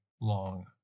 long